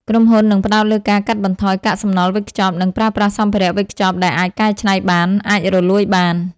ក្រុមហ៊ុននឹងផ្តោតលើការកាត់បន្ថយកាកសំណល់វេចខ្ចប់ និងប្រើប្រាស់សម្ភារៈវេចខ្ចប់ដែលអាចកែច្នៃបាន អាចរលួយបាន ។